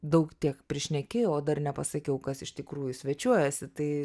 daug tiek prišnekėjau o dar nepasakiau kas iš tikrųjų svečiuojasi tai